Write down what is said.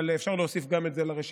אבל אפשר להוסיף גם את זה לרשימה.